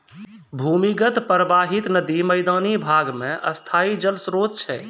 भूमीगत परबाहित नदी मैदानी भाग म स्थाई जल स्रोत छै